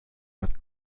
with